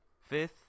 Fifth